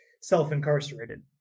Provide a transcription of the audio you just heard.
self-incarcerated